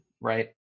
right